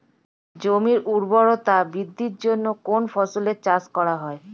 জমির উর্বরতা বৃদ্ধির জন্য কোন ফসলের চাষ করা হয়?